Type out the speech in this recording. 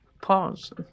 Pause